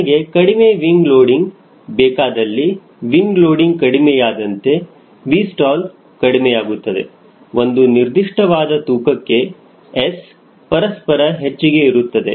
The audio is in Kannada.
ನನಗೆ ಕಡಿಮೆ ವಿಂಗ ಲೋಡಿಂಗ್ ಬೇಕಾದಲ್ಲಿ ವಿಂಗ ಲೋಡಿಂಗ್ ಕಡಿಮೆಯಾದಂತೆ 𝑉stall ಕಡಿಮೆಯಾಗುತ್ತದೆ ಒಂದು ನಿರ್ದಿಷ್ಟವಾದ ತೂಕಕ್ಕೆ S ಪರಸ್ಪರ ಹೆಚ್ಚಿಗೆ ಇರುತ್ತದೆ